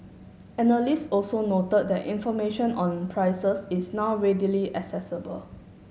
analyst also noted that information on prices is now readily accessible